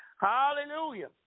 Hallelujah